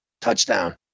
Touchdown